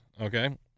Okay